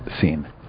Scene